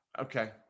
Okay